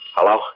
Hello